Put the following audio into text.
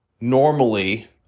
Normally